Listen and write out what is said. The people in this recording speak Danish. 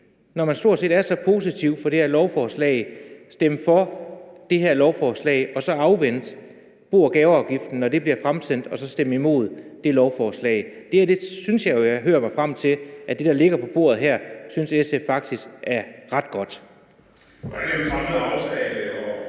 når man stort set er så positiv over for det her lovforslag – stemme for det her lovforslag og så afvente det om bo- og gaveafgiften, når det bliver fremsat, og så stemme imod dét lovforslag? Det, jeg jo synes jeg lytter mig til, er, at det, der ligger på bordet her, synes SF faktisk er ret godt. Kl. 16:25 Serdal Benli